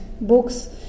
Books